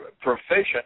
proficient